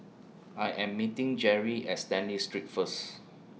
I Am meeting Jere At Stanley Street First